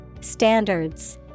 Standards